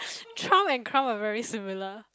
Trump and Crump are very similar